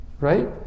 Right